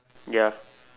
ya